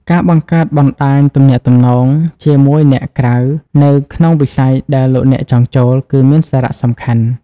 ការបង្កើតបណ្តាញទំនាក់ទំនង ជាមួយអ្នកនៅក្នុងវិស័យដែលលោកអ្នកចង់ចូល គឺមានសារៈសំខាន់។